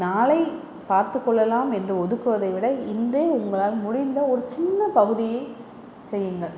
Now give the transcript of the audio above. நாளை பார்த்துக்கொள்ளலாம் என்று ஒதுக்குவதை விட இன்றே உங்களால் முடிந்த ஒரு சின்ன பகுதியை செய்யுங்கள்